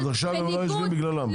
אז עכשיו לא יושבים בגללם?